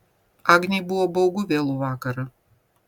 agnei buvo baugu vėlų vakarą